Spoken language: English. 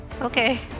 Okay